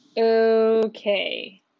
Okay